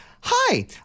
hi